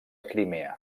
crimea